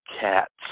cats